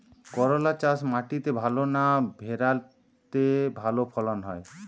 করলা চাষ মাটিতে ভালো না ভেরাতে ভালো ফলন হয়?